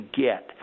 get